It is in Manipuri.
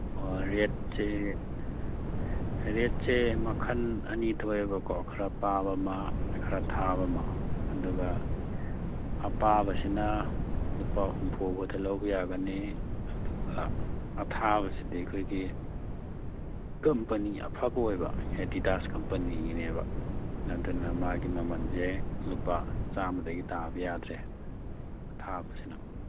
ꯑꯣ ꯔꯦꯠꯁꯤ ꯔꯦꯠꯁꯦ ꯃꯈꯜ ꯑꯅꯤ ꯊꯣꯛꯑꯦꯕꯀꯣ ꯈꯔ ꯄꯥꯕ ꯑꯃ ꯈꯔ ꯊꯥꯕ ꯑꯃ ꯑꯗꯨꯒ ꯑꯄꯥꯕꯁꯤꯅ ꯂꯨꯄꯥ ꯍꯨꯝꯐꯨꯐꯥꯎꯗ ꯂꯧꯕ ꯌꯥꯒꯅꯤ ꯑꯗꯨꯒ ꯑꯊꯥꯕꯁꯤꯗꯤ ꯑꯩꯈꯣꯏꯒꯤ ꯀꯝꯄꯅꯤ ꯑꯐꯕ ꯑꯣꯏꯕ ꯑꯦꯗꯤꯗꯥꯁ ꯀꯝꯄꯅꯤꯒꯤꯅꯦꯕ ꯑꯗꯨꯅ ꯃꯥꯒꯤ ꯃꯃꯜꯁꯦ ꯂꯨꯄꯥ ꯆꯥꯃꯗꯒꯤ ꯇꯥꯕ ꯌꯥꯗ꯭ꯔꯦ ꯑꯊꯥꯕꯁꯤꯅ